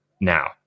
now